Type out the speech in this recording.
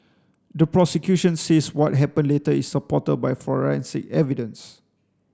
the prosecution says what happened later is supported by forensic evidence